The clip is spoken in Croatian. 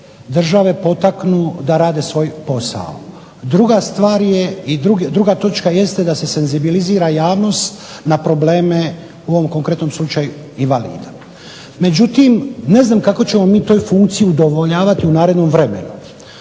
države potaknu da rade svoj posao. Druga stvar je i druga točka jeste da se senzibilizira javnost na probleme u ovom konkretnom slučaju invalida. Međutim, ne znam kako ćemo mi toj funkciji udovoljavati u narednom vremenu